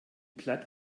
platt